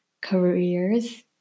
careers